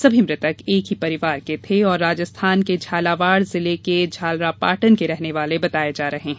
सभी मृतक एक ही परिवार के राजस्थान के झालावाड़ जिले के झालरापाटन के रहने वाले बताये जा रहे है